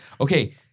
okay